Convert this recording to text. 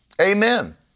Amen